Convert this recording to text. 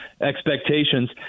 expectations